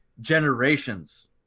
generations